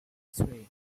three